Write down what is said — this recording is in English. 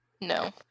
No